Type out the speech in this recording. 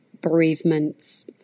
bereavements